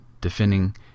defending